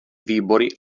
výbory